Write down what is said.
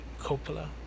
Coppola